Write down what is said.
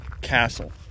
castle